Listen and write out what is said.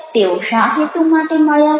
તેઓ શા હેતુ માટે સાથે મળ્યા છે